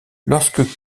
lorsque